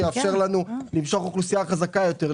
תאפשר לנו למשוך אוכלוסייה חזקה יותר,